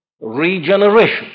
regeneration